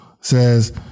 says